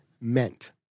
meant